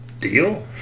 Deal